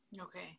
Okay